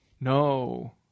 No